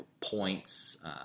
points